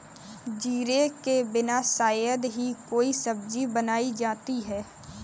जीरे के बिना शायद ही कोई सब्जी बनाई जाती है